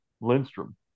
Lindstrom